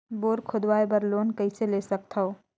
Bore खोदवाय बर loan कइसे ले सकथव?